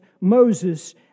Moses